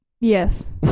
Yes